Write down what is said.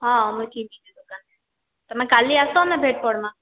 ହଁ ମୁଇଁ ଥିମି ଯେ ଦୁକାନରେ ତମେ କାଲି ଆସ ଆମେ ଭେଟ୍ ପଡ଼୍ମା